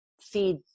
feed